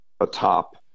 atop